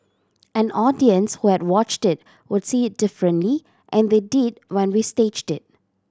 an audience who had watched it would see it differently and they did when we staged it